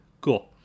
cool